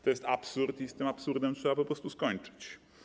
To jest absurd i z tym absurdem trzeba po prostu skończyć.